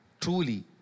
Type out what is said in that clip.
truly